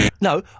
No